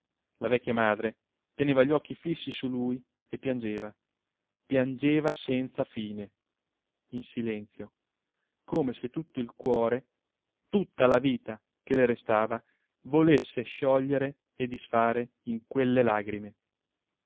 la vecchia madre teneva gli occhi fissi su lui e piangeva piangeva senza fine in silenzio come se tutto il cuore tutta la vita che le restava volesse sciogliere e disfare in quelle lagrime